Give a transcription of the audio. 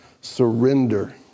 surrender